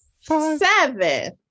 seven